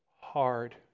hard